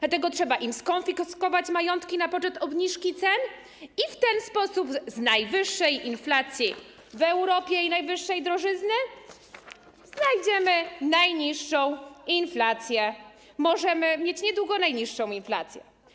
Dlatego trzeba im skonfiskować majątki na poczet obniżki cen i w ten sposób z najwyższej inflacji w Europie i najwyższej drożyzny zejdziemy do najniższej inflacji, możemy mieć niedługo najniższą inflację.